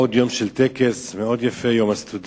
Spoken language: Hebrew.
עוד יום של טקס, מאוד יפה, יום הסטודנט.